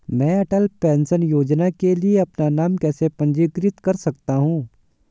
मैं अटल पेंशन योजना के लिए अपना नाम कैसे पंजीकृत कर सकता हूं?